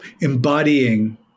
embodying